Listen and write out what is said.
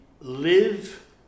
live